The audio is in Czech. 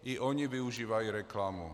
I oni využívají reklamu.